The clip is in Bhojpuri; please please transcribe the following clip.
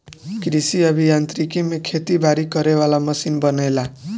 कृषि अभि यांत्रिकी में खेती बारी करे वाला मशीन बनेला